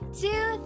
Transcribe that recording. two